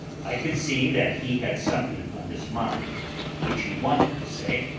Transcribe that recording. i could see that he had something on his mind which he wanted to say,